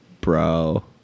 Bro